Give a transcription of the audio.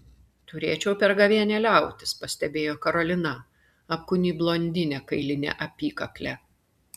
turėčiau per gavėnią liautis pastebėjo karolina apkūni blondinė kailine apykakle